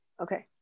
Okay